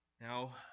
Now